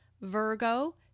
Virgo